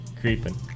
Creeping